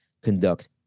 conduct